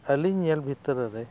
ᱟᱹᱞᱤᱧ ᱧᱮᱞ ᱵᱷᱤᱛᱨᱤ ᱨᱮ